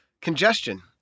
congestion